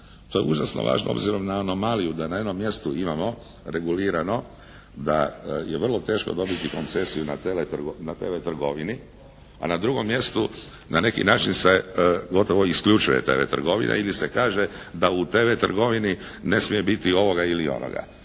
To je užasno važno obzirom na anomaliju da na jednom mjestu imamo regulirano da je vrlo teško dobiti koncesiju na TV-trgovini a na drugom mjestu na neki način se gotovo isključuje TV-trgovina ili se kaže da u TV-trgovini ne smije biti ovoga ili onoga.